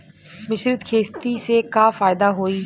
मिश्रित खेती से का फायदा होई?